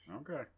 Okay